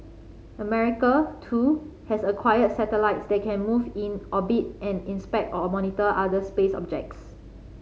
America too has acquired satellites that can move in orbit and inspect or monitor other space objects